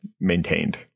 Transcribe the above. maintained